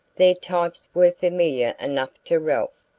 their types were familiar enough to ralph,